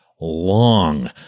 Long